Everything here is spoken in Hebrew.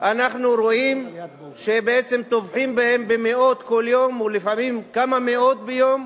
אנחנו רואים שבעצם טובחים בהם במאות כל יום ולפעמים כמה מאות ביום.